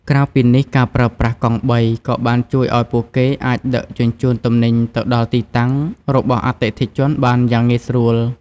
ក្រៅពីនេះ ការប្រើប្រាស់កង់បីក៏បានជួយឱ្យពួកគេអាចដឹកជញ្ជូនទំនិញទៅដល់ទីតាំងរបស់អតិថិជនបានយ៉ាងងាយស្រួល។